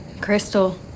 Crystal